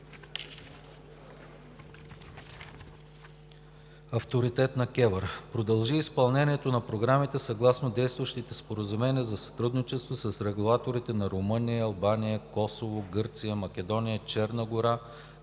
авторитет на КЕВР. Продължи изпълнението на програмите съгласно действащите споразумения за сътрудничество с регулаторите на Румъния, Албания, Косово, Гърция, Македония, Черна гора,